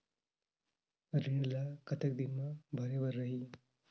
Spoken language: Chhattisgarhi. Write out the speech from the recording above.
ऋण ला कतना दिन मा भरे बर रही?